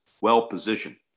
well-positioned